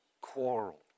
quarrel